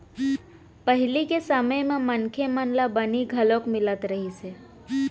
पहिली के समे म मनखे मन ल बनी घलोक मिलत रहिस हे